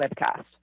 webcast